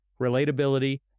relatability